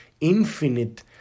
infinite